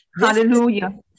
Hallelujah